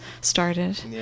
started